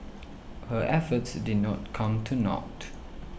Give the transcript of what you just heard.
her efforts did not come to naught